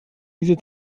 diese